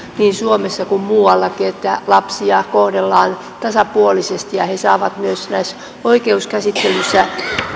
niin suomessa kuin muuallakin että lapsia kohdellaan tasapuolisesti ja he saavat myös oikeuskäsittelyissä